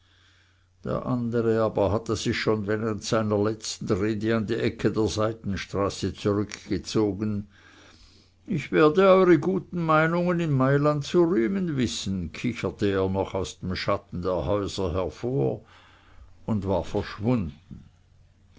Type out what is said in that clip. der andere aber hatte sich schon während seiner letzten rede an die ecke der seitenstraße zurückgezogen ich werde eure guten gesinnungen in mailand zu rühmen wissen kicherte er noch aus dem schatten der häuser hervor und war verschwunden